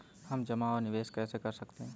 हम जमा और निवेश कैसे कर सकते हैं?